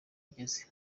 igeze